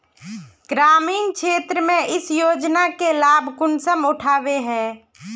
ग्रामीण क्षेत्र में इस योजना के लाभ कुंसम उठावे है?